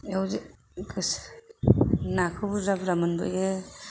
याव जों नाखौ बुरजा बुरजा मोनबोयो